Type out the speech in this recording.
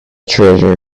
treasure